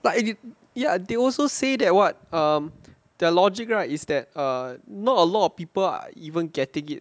but it ya they also say that what err their logic right is that err not a lot of people are even getting it